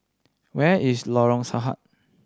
where is Lorong Sahad